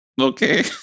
Okay